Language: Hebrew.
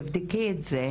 תבדקי את זה,